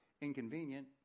inconvenient